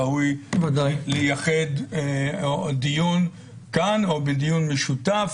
ראוי לייחד דיון כאן או דיון משותף